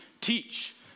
teach